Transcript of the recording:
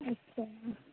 अच्छा